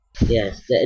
Yes